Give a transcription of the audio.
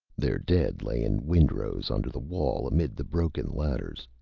their dead lay in windrows under the wall, amid the broken ladders.